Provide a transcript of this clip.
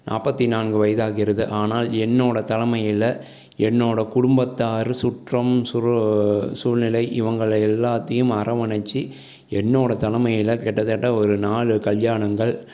நாற்பத்தி நான்கு வயதாகிறது ஆனால் என்னோடய தலைமையில் என்னோடய குடும்பத்தார் சுற்றம் சூ சூழ்நிலை இவங்களை எல்லாத்தையும் அரவணைச்சி என்னோடய தலைமையில் கிட்டத்தட்ட ஒரு நாலு கல்யாணங்கள்